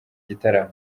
gitaramo